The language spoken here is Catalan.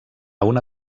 una